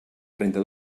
trenta